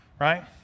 Right